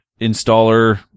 installer